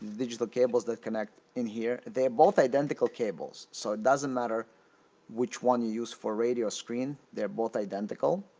digital cables that connect in here they're both identical cables so it doesn't matter which one you use for radio screen. they're both identical.